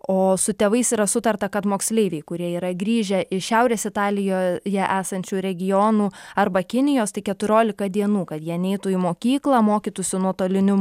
o su tėvais yra sutarta kad moksleiviai kurie yra grįžę iš šiaurės italijoje esančių regionų arba kinijos tik keturiolika dienų kad jie neitų į mokyklą mokytųsi nuotoliniu